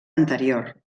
anterior